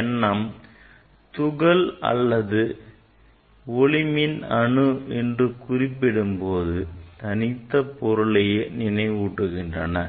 எண்ணம் துகள் அல்லது ஒளிமின் அணு என்று குறிப்பிடும்போது தனித்த பொருளையே நினைவூட்டுகின்றன